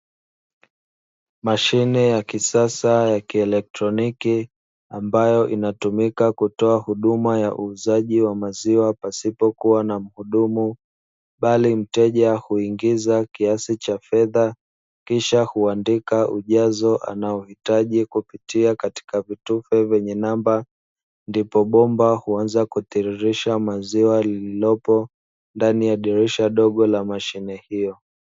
Mashine ya kisasa ya kielektroniki ambayo inatumika kutoa huduma ya uuzaji wa maziwa pasipokuwa na mhudumu, bali mteja huingiza kiasi cha fedha kisha huandika ujazo anaohitaji kupitia katika vituko vyenye namba, ndipo bomba huanza kutiririsha maziwa lililopo ndani ya dirisha dogo la mashine hiyo.